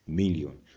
million